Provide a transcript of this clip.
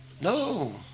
No